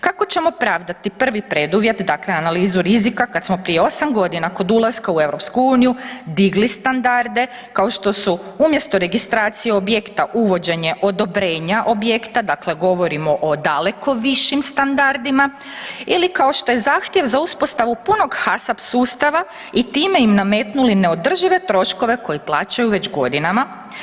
Kako ćemo pravdati prvi preduvjet, dakle analizu rizika, kad smo prije 8 godina kod ulaska u EU digli standarde, kao što su umjesto registracije objekta, uvođenje odobrenja objekta, dakle govorimo o daleko višim standardima ili kao što je zahtjev za uspostavu punog HASAP sustava i time im nametnuli neodržive troškove koje plaćaju već godinama.